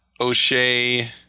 O'Shea